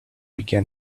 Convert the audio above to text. began